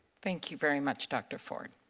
thank you very much, dr. ford.